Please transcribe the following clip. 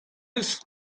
eus